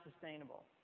sustainable